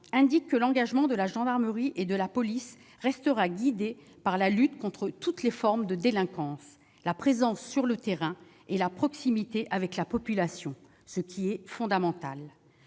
indique que l'engagement de la gendarmerie et de la police restera guidé par la lutte contre toutes les formes de délinquance, la présence sur le terrain et la proximité avec la population, ce qui est fondamental.